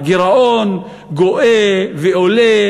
הגירעון גואה ועולה,